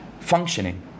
Functioning